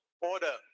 order